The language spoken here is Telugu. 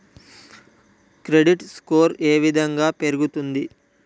క్రెడిట్ స్కోర్ ఏ విధంగా పెరుగుతుంది?